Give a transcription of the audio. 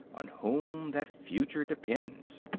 on whom that future depends.